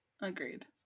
Agreed